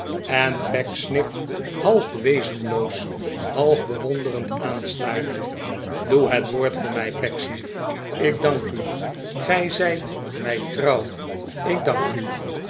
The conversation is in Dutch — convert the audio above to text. en pecksniff half wezenloos half bewondefend aanstaarde doe het woord voor mij pecksniff ik dank u gij zijt mij trouw ik dank u